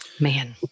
man